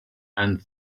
and